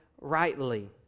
rightly